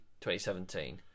2017